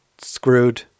screwed